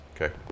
Okay